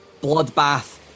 Bloodbath